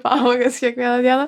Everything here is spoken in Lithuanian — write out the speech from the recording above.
pamokas kiekvieną dieną